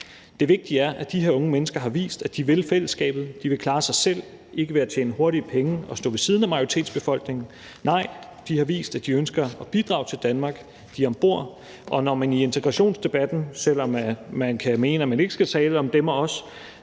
Det vigtige er, at de her unge mennesker har vist, at de vil fællesskabet, de vil klare sig selv, ikke ved at tjene hurtige penge og stå ved siden af majoritetsbefolkningen; nej, de har vist, at de ønsker at bidrage til Danmark, de er om bord. Selv om man kan mene, at man i integrationsdebatten ikke skal tale om dem og os,